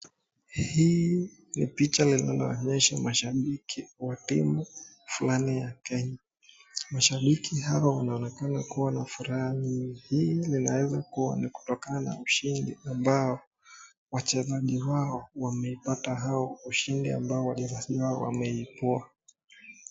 Hii ni picha linaloonyesha mashabiki wa timu fulani ya Kenya. Mashabiki hawa wanaonekana kuwa na furaha mingi ,hii linaweza kuwa ni kutokana na ushindi ambao wachezaji wao wamepata au ushindi ambao wachezaji wao wameibua.